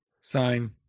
Sign